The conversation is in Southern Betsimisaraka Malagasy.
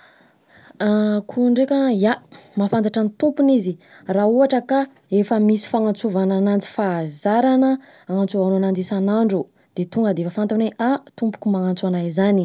Akoho ndreka ia, mahafantatra an’ny tompony izy raha ohatra ka efa misy fanantsovana ananjy fahazarana anatsovanao ananjy isanandro ,de tonga efa fantany hoe ah, tompoko magnatso anahy izany,